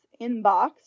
inbox